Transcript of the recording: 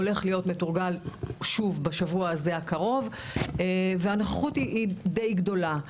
הולך להיות מתורגל שוב בשבוע הקרוב והנוכחות היא די גדולה.